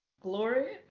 glory